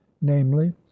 namely